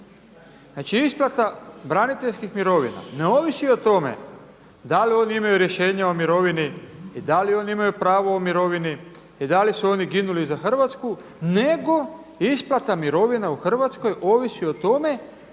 oni imaju rješenje o mirovini i da li oni imaju rješenje o mirovini i da li oni imaju pravo o mirovini i da li su oni ginuli za Hrvatsku nego isplata mirovina u Hrvatskoj ovisi o tome